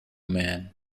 man